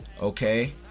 Okay